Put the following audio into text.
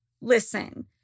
Listen